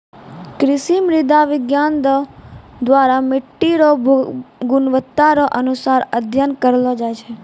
कृषि मृदा विज्ञान द्वरा मट्टी रो गुणवत्ता रो अनुसार अध्ययन करलो जाय छै